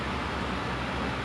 true